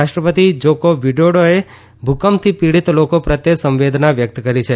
રાષ્ટ્રપતિ જોકો વિડોડોએ ભુકંપથી પીડીત લોકો પ્રત્યે સંવેદના વ્યકત કરી છે